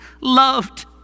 loved